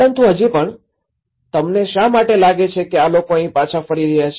પરંતુ હજી પણ તમને શા માટે લાગે છે કે આ લોકો અહીં પાછા ફરી રહ્યા છે